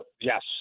Yes